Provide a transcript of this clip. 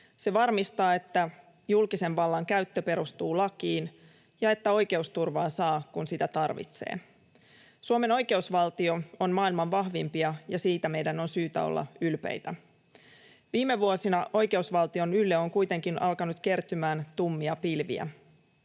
Se varmistaa, että julkisen vallan käyttö perustuu lakiin ja että oikeusturvaa saa, kun sitä tarvitsee. Suomen oikeusvaltio on maailman vahvimpia, ja siitä meidän on syytä olla ylpeitä. Viime vuosina oikeusvaltion ylle on kuitenkin alkanut kertymään tummia pilviä.